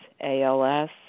ALS